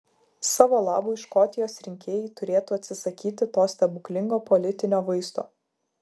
savo labui škotijos rinkėjai turėtų atsisakyti to stebuklingo politinio vaisto